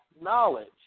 knowledge